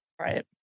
right